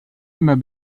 immer